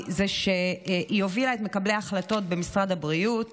וזה שהיא הובילה את מקבלי ההחלטות במשרד הבריאות